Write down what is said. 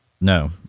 No